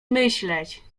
myśleć